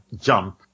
jump